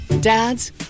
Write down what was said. Dad's